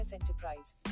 Enterprise